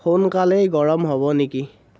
সোনকালেই গৰম হ'ব নেকি